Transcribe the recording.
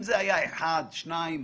אם זה היה אחד, שניים,